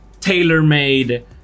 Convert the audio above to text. tailor-made